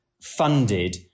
funded